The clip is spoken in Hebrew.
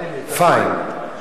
Fine.